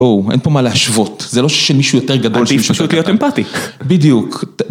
בואו, אין פה מה להשוות, זה לא שמישהו יותר גדול, שמישהו יותר קטן. עדיף פשוט להיות אמפתי. בדיוק.